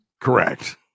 Correct